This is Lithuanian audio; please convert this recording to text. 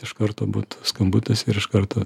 iš karto būtų skambutis ir iš karto